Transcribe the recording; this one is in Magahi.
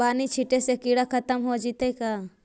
बानि छिटे से किड़ा खत्म हो जितै का?